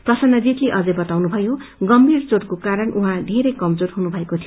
प्रसत्रजीतले अझैं बताउनुभयो गम्भीर चोटको कारण उहाँ बेरै कमजोर हुनुभएको थियो